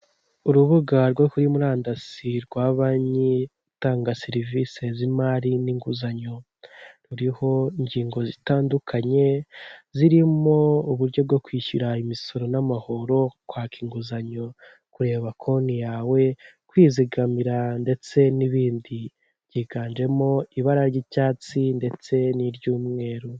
Urubuga rwo kuri murandasi rwa banki itanga serivise z'imari n'inguzanyo. Ruriho ingingo zitandukanye zirimo uburyo bwo kwishyura imisoro n'amahoro, kwaka inguzanyo, kureba konti yawe, kwizigamira ndetse n'ibindi. Higanjemo ibara ry'icyatsi ndetse niry'umweru.